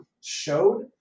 showed